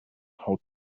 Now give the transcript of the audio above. how